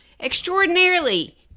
extraordinarily